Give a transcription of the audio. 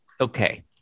okay